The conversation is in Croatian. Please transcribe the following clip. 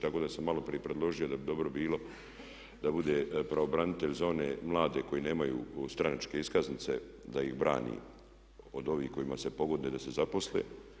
Tako da sam malo prije predložio da bi dobro bilo da bude pravobranitelj za one mlade koji nemaju stranačke iskaznice da ih brani od ovih kojima se pogoduje da se zaposle.